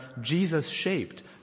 Jesus-shaped